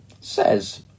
says